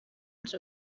els